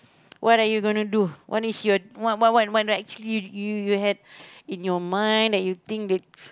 what are you gonna do what is your what what what what actually you you have in your mind that you think that